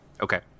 Okay